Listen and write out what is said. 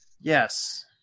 Yes